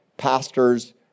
pastors